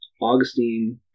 Augustine